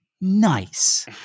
nice